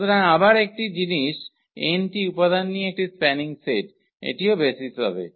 সুতরাং আবার একই জিনিস n টি উপাদান নিয়ে একটি স্প্যানিং সেট এটিও বেসিস হবে